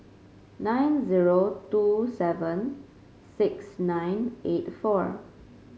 nine zero two seven six nine eight four